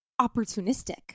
opportunistic